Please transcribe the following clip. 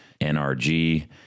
NRG